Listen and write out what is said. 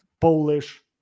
Polish